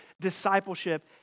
discipleship